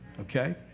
okay